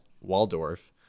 Waldorf